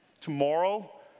Tomorrow